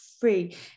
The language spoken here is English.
free